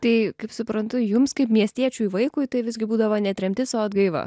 tai kaip suprantu jums kaip miestiečiui vaikui tai visgi būdavo ne tremtis o atgaiva